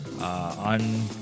On